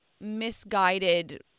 misguided